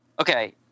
Okay